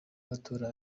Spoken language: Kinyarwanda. amatora